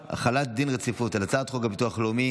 רצונה להחיל דין רציפות על הצעת חוק הביטוח הלאומי